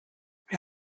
wir